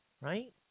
right